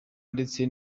ndetse